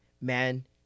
man